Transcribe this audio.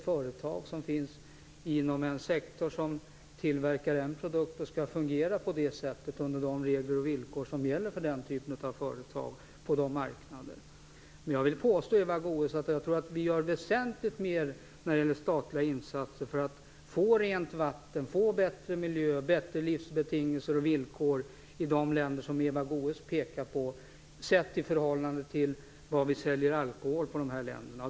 Företaget finns inom en sektor som tillverkar en produkt och skall fungera under de regler och villkor som gäller för den här typen av företag på marknaderna i fråga. Jag tror att vi när det gäller statliga insatser gör väsentligt mera för att få rent vatten, en bättre miljö och bättre livsbetingelser och villkor i de länder som Eva Goës pekar på; detta sett i förhållande till vår försäljning av alkohol till de här länderna.